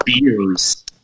beers